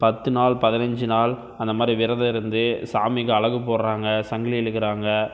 பத்துநாள் பதினைஞ்சி நாள் அந்தமாதிரி விரதம் இருந்து சாமிக்கு அலகு போடுறாங்க சங்கிலி இழுக்கிறாங்க